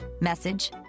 message